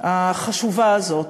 החשובה הזאת.